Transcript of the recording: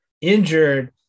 injured